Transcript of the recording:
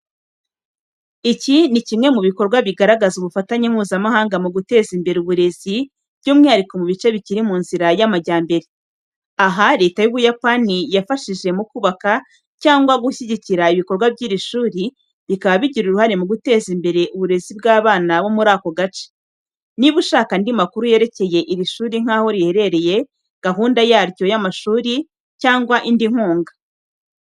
Iki ni kimwe mu bikorwa bigaragaza ubufatanye mpuzamahanga mu guteza imbere uburezi, by’umwihariko mu bice bikiri mu nzira y’amajyambere. Aha, Leta y’u Buyapani yafashije mu kubaka cyangwa gushyigikira ibikorwa by’iri shuri, bikaba bigira uruhare mu guteza imbere uburezi bw’abana bo muri ako gace. Niba ushaka andi makuru yerekeye iri shuri nk’aho riherereye, gahunda yaryo y’amashuri, cyangwa indi nkunga .